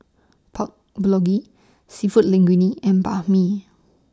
Pork Bulgogi Seafood Linguine and Banh MI